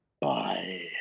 Bye